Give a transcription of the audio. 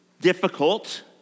difficult